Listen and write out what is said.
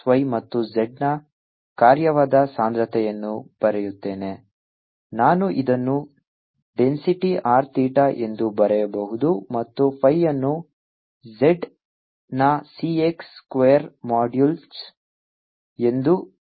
ಆದ್ದರಿಂದ ನಾನು x y ಮತ್ತು z ನ ಕಾರ್ಯವಾದ ಸಾಂದ್ರತೆಯನ್ನು ಬರೆಯುತ್ತೇನೆ ನಾನು ಇದನ್ನು ಡೆನ್ಸಿಟಿ R ಥೀಟಾ ಎಂದೂ ಬರೆಯಬಹುದು ಮತ್ತು phi ಅನ್ನು z ನ C x ಸ್ಕ್ವೇರ್ ಮಾಡ್ಯುಲಸ್ ಎಂದು ನೀಡಲಾಗಿದೆ